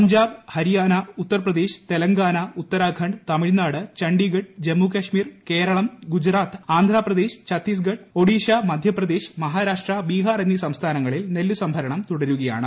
പഞ്ചാബ്ട് ഹരിയാന ഉത്തർപ്രദേശ് തെലുങ്കാന ഉത്തരാഖണ്ഡ് തമിഴ്നാട് ചണ്ഡീഗഡ് ജമ്മു കാശ്മീർ കേരള ഗുജറാത്ത് ആന്ധ്രപ്രദേശ് ഛത്തീസ്ഗഡ് ഒഡീഷ മധ്യപ്രദേശ് മഹാരാഷ്ട്ര ബിഹാർ എന്നീ സംസ്ഥാനങ്ങളിൽ നെല്ലുസംഭരണം തുടരുകയാണ്